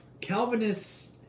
calvinists